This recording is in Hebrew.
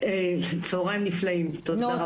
צוהריים נפלאים, תודה רבה.